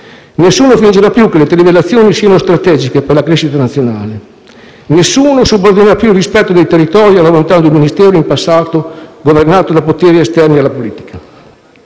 Nessuno fingerà più che le trivellazioni siano strategiche per la crescita nazionale; nessuno subordinerà più il rispetto dei territori alla volontà di un Ministero in passato governato da poteri esterni alla politica.